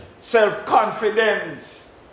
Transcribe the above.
self-confidence